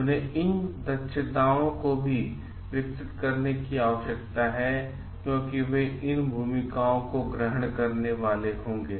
उन्हें इन दक्षताओं को भी विकसित करने की आवश्यकता है क्योंकि वे इन भूमिकाओं को ग्रहण करने वाले होंगे